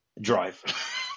drive